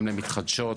גם למתחדשות,